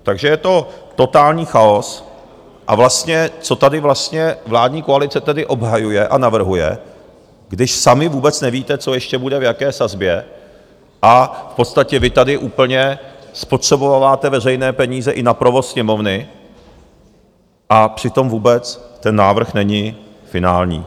Takže je to totální chaos a co tady vlastně vládní koalice tedy obhajuje a navrhuje, když sami vůbec nevíte, co ještě bude v jaké sazbě, a v podstatě vy tady úplně spotřebováváte veřejné peníze i na provoz Sněmovny, a přitom vůbec ten návrh není finální?